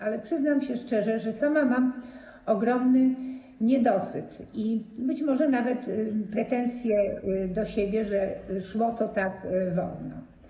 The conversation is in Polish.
Ale przyznam się szczerze, że mam ogromny niedosyt i być może nawet pretensje do siebie, że szło to tak wolno.